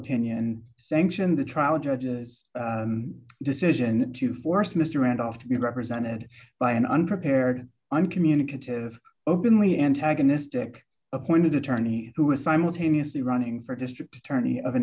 opinion sanctioned the trial judge's decision to force mr randolph to be represented by an unprepared uncommunicative openly antagonistic appointed attorney who was simultaneously running for district attorney of a